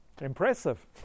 Impressive